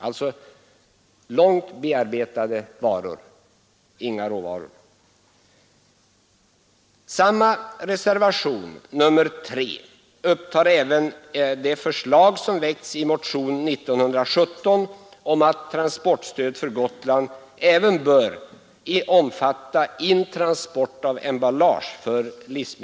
Det är alltså där fråga om långt bearbetade varor och inga råvaror.